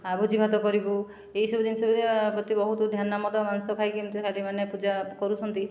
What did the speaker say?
ଆଉ ଭୋଜି ଭାତ କରିବୁ ଏହିସବୁ ଜିନିଷ ପ୍ରତି ବହୁତ ଧ୍ୟାନ ମଦ ମାଂସ ଖାଇକି କେମିତି ଖାଲି ମାନେ ପୂଜା କରୁଛନ୍ତି